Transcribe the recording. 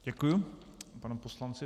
Děkuji panu poslanci.